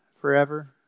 forever